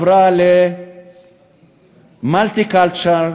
pot ל-multi-culture.